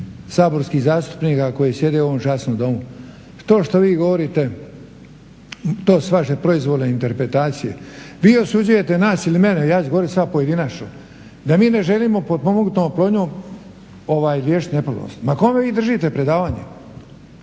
saborskih zastupnika koji sjede u ovom časnom Domu. To što vi govorite to su vaše proizvoljne interpretacije. Vi osuđujete nas ili mene, ja ću govoriti samo pojedinačno da mi ne želimo potpomognutom oplodnjom liječiti neplodnost. Ma kome vi držite predavanje?